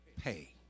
pay